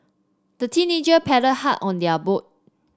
the teenager paddled hard on their boat